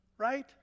right